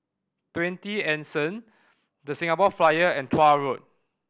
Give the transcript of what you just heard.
Twenty Anson The Singapore Flyer and Tuah Road